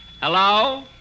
Hello